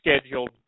scheduled